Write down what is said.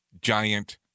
giant